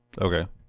Okay